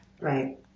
Right